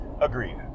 Agreed